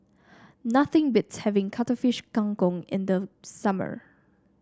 nothing beats having Cuttlefish Kang Kong in the summer